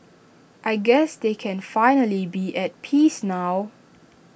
I guess they can finally be at peace now